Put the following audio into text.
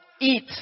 eat